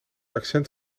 accent